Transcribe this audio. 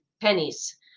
pennies